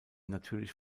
natürlich